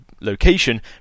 location